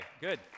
Good